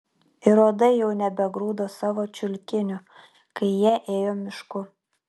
ir uodai jau nebegrūdo savo čiulkinio kai jie ėjo mišku